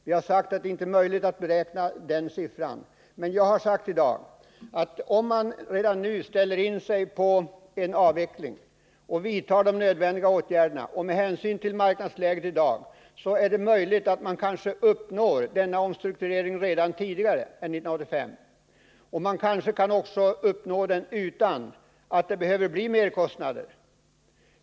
Vi har sagt att det inte är möjligt att exakt beräkna den tiden, men jag har tidigare i dag sagt att om vi redan nu ställer in oss på en avveckling och vidtar de nödvändiga åtgärderna med hänsyn till marknadsläget i dag, så är det kanske möjligt att uppnå denna omstrukturering redan tidigare än 1985, och man kanske också kan uppnå den utan att det behöver bli några merkostnader.